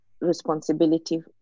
responsibility